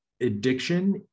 addiction